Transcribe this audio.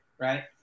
Right